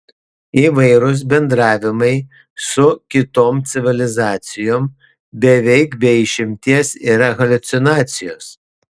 įvairūs bendravimai su kitom civilizacijom beveik be išimties yra haliucinacijos